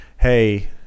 Hey